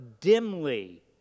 dimly